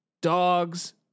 dogs